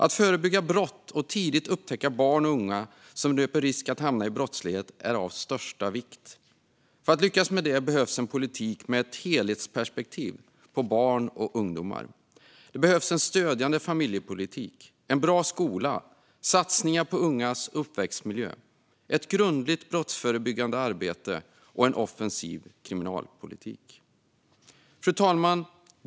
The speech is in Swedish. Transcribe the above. Att förebygga brott och tidigt upptäcka barn och unga som löper risk att hamna i brottslighet är av största vikt. För att lyckas med det behövs en politik med ett helhetsperspektiv på barn och ungdomar. Det behövs en stödjande familjepolitik, en bra skola, satsningar på ungas uppväxtmiljö, ett grundligt brottsförebyggande arbete och en offensiv kriminalpolitik. Fru talman!